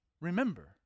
Remember